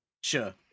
Sure